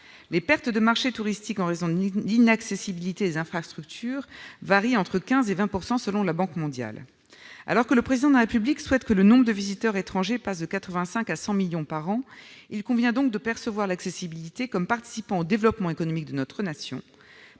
Les pertes de marchés touristiques dues à l'inaccessibilité des infrastructures varient entre 15 % et 20 %, selon la Banque mondiale. Alors que le Président de la République souhaite que le nombre de visiteurs étrangers passe de 85 à 100 millions par an, il convient de percevoir l'accessibilité comme participant au développement économique de notre nation.